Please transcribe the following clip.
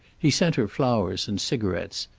he sent her flowers and cigarettes,